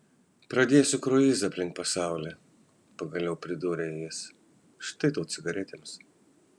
pradėsiu kruizą aplink pasaulį pagaliau pridūrė jis štai tau cigaretėms